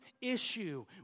issue